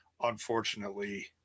unfortunately